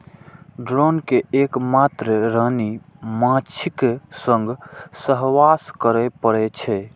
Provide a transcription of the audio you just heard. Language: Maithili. ड्रोन कें एक मात्र रानी माछीक संग सहवास करै पड़ै छै